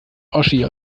oschi